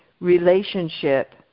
relationship